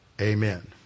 amen